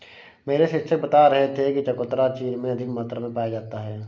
मेरे शिक्षक बता रहे थे कि चकोतरा चीन में अधिक मात्रा में पाया जाता है